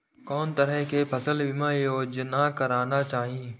कोन तरह के फसल बीमा योजना कराना चाही?